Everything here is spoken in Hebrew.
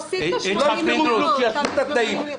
שלא יפתרו כלום, שישוו את התנאים.